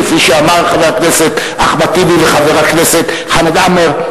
כפי שאמר חבר הכנסת אחמד טיבי וחבר הכנסת חמד עמֶר,